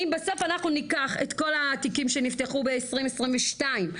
אם בסוף אנחנו ניקח את כל התיקים שנפתחו בשנת 2022,